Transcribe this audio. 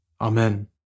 Amen